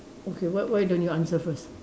okay why why don't you answer first